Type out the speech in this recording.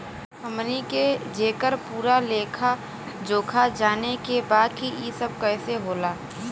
हमनी के जेकर पूरा लेखा जोखा जाने के बा की ई सब कैसे होला?